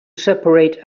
separate